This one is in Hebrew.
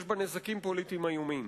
יש בה נזקים פוליטיים איומים.